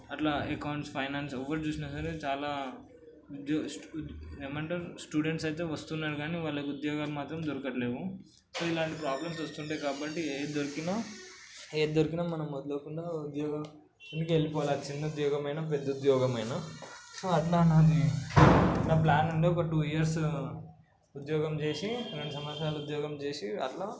అట్లా accounts finance ఎవడు చూసినా సరే చాలా ఏమంటారు స్టూడెంట్స్ అయితే వస్తున్నారు కానీ వాళ్ళకి ఉద్యోగాలు మాత్రం దొరకట్లేవు సో ఇలాంటి ప్రాబ్లమ్స్ వస్తూ ఉంటాయి కాబట్టి ఏది దొరికిన ఏది దొరికినా మనం వదలకుండా ఉద్యోగానికి వెళ్ళిపోవాలి అది చిన్న ఉద్యోగమైనా పెద్ద ఉద్యోగమైనా అట్లా నాది చిన్న ప్లాన్ ఉండే ఒక్క టూ ఇయర్స్ ఉద్యోగం చేసి రెండు సంవత్సరాలు ఉద్యోగం చేసి అట్లా